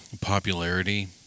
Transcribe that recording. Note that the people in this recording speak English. popularity